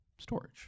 Storage